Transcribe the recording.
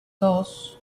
dos